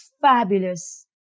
fabulous